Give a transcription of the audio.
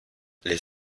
les